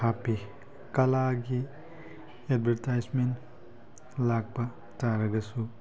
ꯍꯥꯞꯄꯤ ꯀꯂꯥꯒꯤ ꯑꯦꯠꯕꯔꯇꯥꯏꯁꯃꯦꯟ ꯂꯥꯛꯄ ꯇꯥꯔꯒꯁꯨ